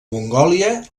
mongòlia